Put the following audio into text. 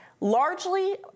largely